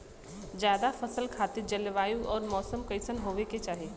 जायद फसल खातिर जलवायु अउर मौसम कइसन होवे के चाही?